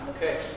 Okay